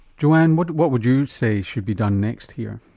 joanne what what would you say should be done next here?